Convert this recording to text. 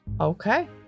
Okay